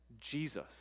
Jesus